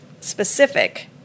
specific